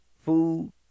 food